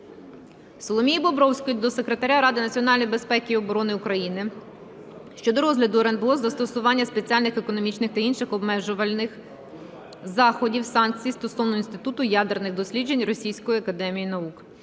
Соломії Бобровської до Секретаря Ради національної безпеки і оборони України щодо розгляду РНБО застосування спеціальних економічних та інших обмежувальних заходів (санкцій) стосовно Інституту ядерних досліджень Російської академії наук.